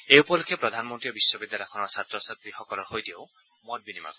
এই উপলক্ষে প্ৰধানমন্ত্ৰীয়ে বিশ্ববিদ্যালয়খনৰ ছাত্ৰ ছাত্ৰীসকলৰ সৈতেও মতবিনিময় কৰিব